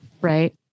Right